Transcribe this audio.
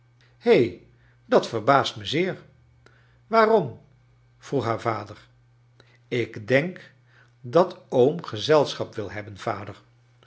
he dat verbaast me zeer waarom vroeg haar vader ik denk dat oom gezelscbap wil hebben vader